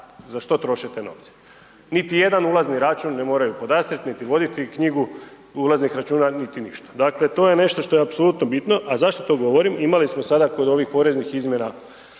za što troše te novce. Niti jedan ulazni račun ne moraju podastrijeti niti voditi knjigu ulaznih računa niti ništa. Dakle, to je nešto što je apsolutno bitno a zašto to govorim? Imali smo sada kod ovih poreznih izmjena